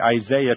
Isaiah